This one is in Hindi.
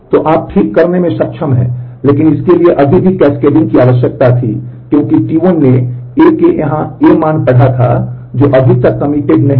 तो आप ठीक करने में सक्षम हैं लेकिन इसके लिए अभी भी कैस्केडिंग की आवश्यकता थी क्योंकि T1 ने A के यहाँ A मान पढ़ा था जो अभी तक कमिटेड नहीं था